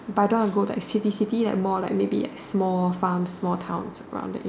but I don't want to go like city city like more like maybe like small farms small towns around that area